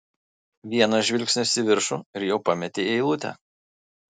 vienas žvilgsnis į viršų ir jau pametei eilutę